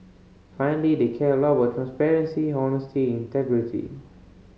finally they care a lot about transparency honesty and integrity